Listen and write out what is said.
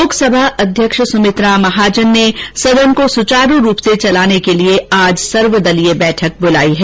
लोकसभा अध्यक्ष सुमित्रा महाजन ने सदन को सुचारू रूप से चलाने के लिये आज सर्वदलीय बैठक बुलाई है